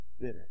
Bitter